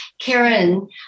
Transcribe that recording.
Karen